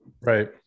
right